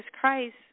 Christ